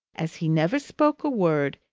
as he never spoke a word,